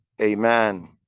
amen